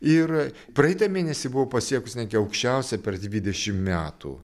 ir praeitą mėnesį buvo pasiekusi netgi aukščiausią per dvidešim metų